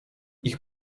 ich